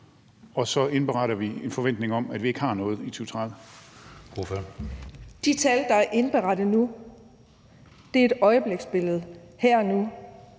vi så indberetter en forventning om, at vi ikke har noget i 2030?